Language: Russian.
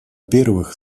первых